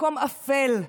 מקום אפל,